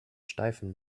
steifen